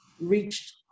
reached